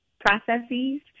processes